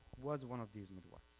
was one of these midwives.